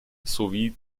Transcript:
sowie